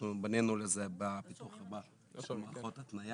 אנחנו בנינו לזה במערכות התניה.